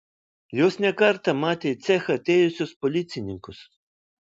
jos ne kartą matė į cechą atėjusius policininkus